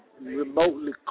Remotely